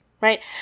right